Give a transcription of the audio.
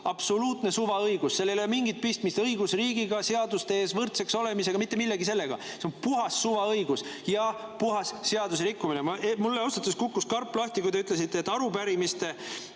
absoluutne suvaõigus. Seal ei ole mingit pistmist õigusriigiga, seaduste ees võrdseks olemisega ega mitte millegi sellisega. See on puhas suvaõigus ja puhas seaduserikkumine. Mul ausalt öeldes kukkus karp lahti, kui te ütlesite, et arupärimiste